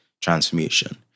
transformation